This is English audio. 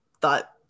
thought